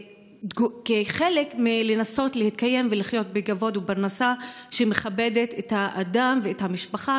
כחלק מהניסיון להתקיים ולחיות בכבוד ובפרנסה שמכבדת את האדם ואת המשפחה,